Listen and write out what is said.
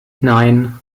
nein